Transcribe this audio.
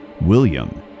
William